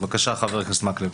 בבקשה חבר הכנסת מקלב.